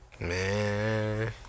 Man